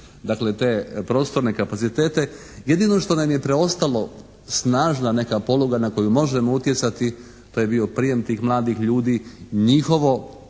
dakle te prostorne kapacitete. Jedino što nam je preostalo. Snažna neka poluga na koju možemo utjecati to je bio prijem tih mladih ljudi, njihovo